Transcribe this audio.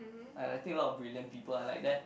and I think a lot of brilliant people are like that